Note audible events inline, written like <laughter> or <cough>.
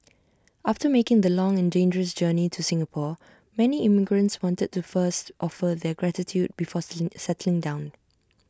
after making the long and dangerous journey to Singapore many immigrants wanted to first offer their gratitude before <unintelligible> settling down